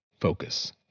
Focus